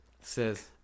says